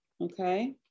okay